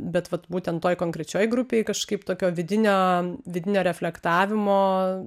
bet vat būtent toj konkrečioj grupėj kažkaip tokio vidinio vidinio reflektavimo